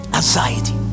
anxiety